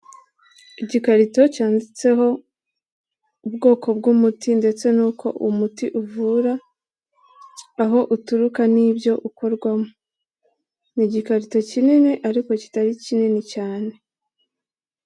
Igikarito cyanditseho ubwoko bw'umuti ndetse n'uko umuti uvura, aho uturuka n'ibyo ukorwamo. Ni igikarito kinini ariko kitari kinini cyane.